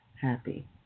Happy